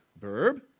Verb